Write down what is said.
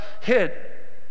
hit